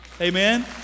Amen